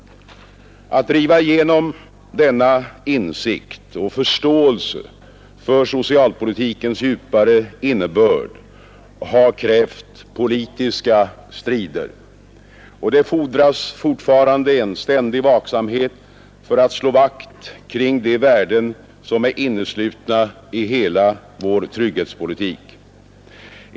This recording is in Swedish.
Att driva igenom denna insikt och förståelse för socialpolitikens djupare innebörd har krävt politiska strider, och det fordras fortfarande en ständig vaksamhet för att slå vakt kring de värden som är inneslutna i hela vår trygghetspolitik.